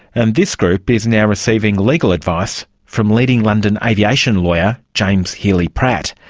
and this group is now receiving legal advice from leading london aviation lawyer james healy-pratt.